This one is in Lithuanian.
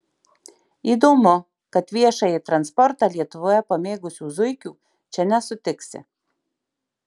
įdomu kad viešąjį transportą lietuvoje pamėgusių zuikių čia nesutiksi